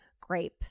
grape